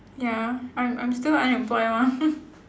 ya I'm I'm still unemployed lor